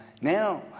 now